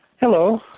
Hello